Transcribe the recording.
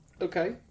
Okay